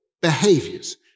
behaviors